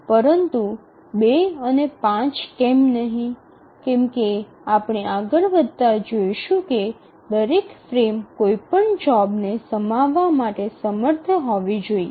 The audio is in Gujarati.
પરંતુ ૨ અને ૫ કેમ નહીં કેમ કે આપણે આગળ વધતાં જોઈશું કે દરેક ફ્રેમ કોઈપણ જોબને સમાવવા માટે સમર્થ હોવા જોઈએ